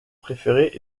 préférés